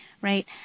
right